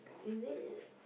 is it